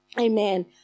Amen